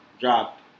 dropped